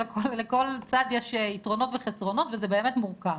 שלכל צד יש יתרונות וחסרונות וזה באמת מורכב.